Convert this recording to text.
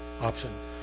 option